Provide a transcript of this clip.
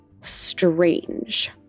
strange